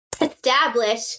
establish